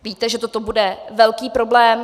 Víte, že to bude velký problém.